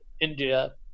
India